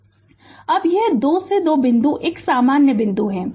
Refer Slide Time 1549 अब यह दो ये दो बिंदु एक सामान्य बिंदु है